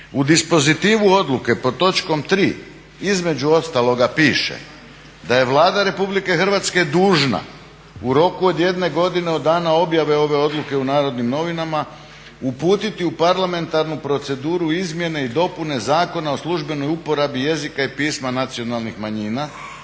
U dispozitivu odluke pod točkom 3.između ostaloga piše da je "Vlada RH dužna u roku od jedne godine od dana objave ove odluke u NN uputiti u parlamentarnu proceduru izmjene i dopune Zakona o službenoj uporabi jezika i pisama nacionalnih manjina